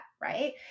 right